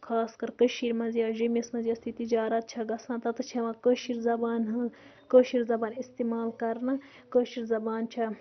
خاص کَرر کٔشیٖرِ منٛز یا جٔمِس مَنٛز یۄس تِ تِجارت چھےٚ گژھان تَتَتھ چھِ ہٮ۪وان کٲشِر زَبان ہٕنٛز کٲشِر زَبان اِستعمال کَرنہٕ کٲشِر زَبان چھےٚ